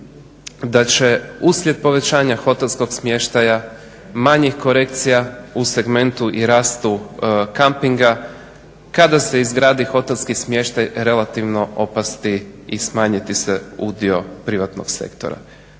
da će uslijed povećanja hotelskog smještaja manjih korekcija u segmentu i rastu kampinga kada se izgradi hotelski smještaj relativno opasti i smanjiti se udio privatnog sektora.